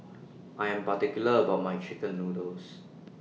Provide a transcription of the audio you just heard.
I Am particular about My Chicken Noodles